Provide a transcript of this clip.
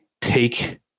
take